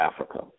Africa